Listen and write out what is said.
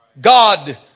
God